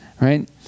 Right